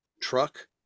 truck